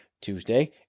tuesday